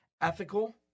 Ethical